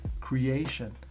creation